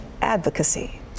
advocacy